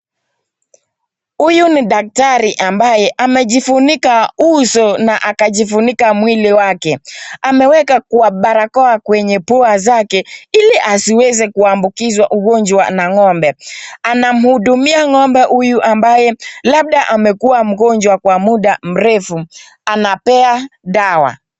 Huyu ni daktari ambaye amejifunika uso na akajifunika mwili wake, ameweka kwa barakoa kwenye pua zake ili hasiweze kuambukizwa ugonjwa na ng'ombe. Anamhudumia ng'ombe huyu ambaye labda amekuwa mgonjwa kwa muda mrefu, anapea dawa.